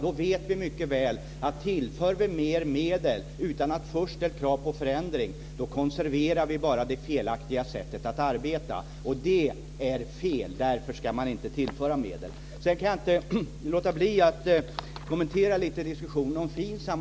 Då vet vi mycket väl att tillför vi mer medel utan först ett krav på förändring då konserverar vi bara det felaktiga sättet att arbeta på. Det är fel, och därför ska man inte tillföra medel. Jag kan inte låta bli att kommentera lite diskussionen om FINSAM.